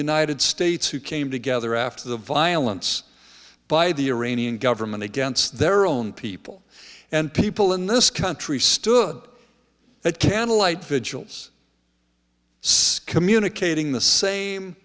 united states who came together after the violence by the iranian government against their own people and people in this country stood up at candlelight vigils says communicating the same